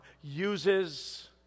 uses